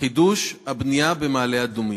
חידוש הבנייה במעלה-אדומים.